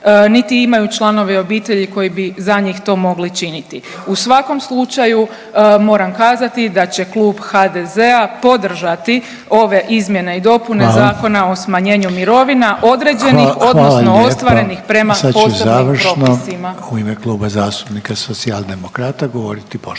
niti imaju članove obitelji koji bi za njih to mogli činiti. U svakom slučaju moram kazati da će klub HDZ-a podržati ove izmjene i dopune Zakona o smanjenju mirovina određenih … …/Upadica Reiner: Hvala./… … odnosno ostvarenih prema posebnim propisima.